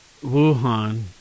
Wuhan